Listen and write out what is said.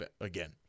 again